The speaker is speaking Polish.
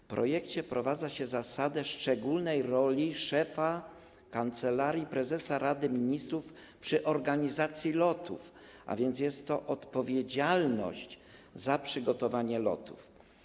W projekcie wprowadza się zasadę szczególnej roli szefa Kancelarii Prezesa Rady Ministrów w organizacji lotów, a więc jest to odpowiedzialność za przygotowanie lotów.